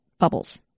Bubbles